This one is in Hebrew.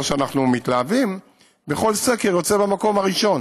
לא שאנחנו מתלהבים, בכל סקר יוצא במקום הראשון